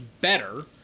better